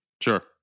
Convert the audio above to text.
Sure